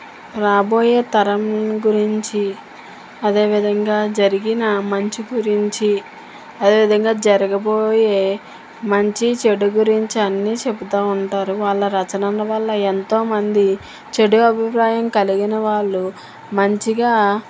రాబోయే తరం గురించి అదే విధంగా జరిగిన మంచి గురించి అదే విధంగా జరగబోయే మంచి చెడు గురించి అన్నీ చెబుతూ ఉంటారు వాళ్ళ రచనల వల్ల ఎంతో మంది చెడు అభిప్రాయం కలిగిన వాళ్ళు మంచిగా